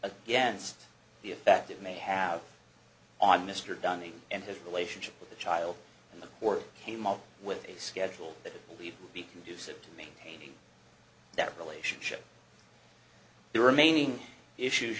against the effect it may have on mr dunning and his relationship with the child in the court came up with a schedule that we would be conducive to maintaining that relationship the remaining issues